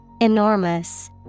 Enormous